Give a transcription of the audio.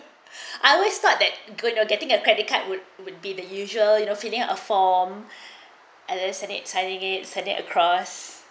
I always thought that good or getting a credit card would would be the usual you know feeling a form and as an exciting it send it across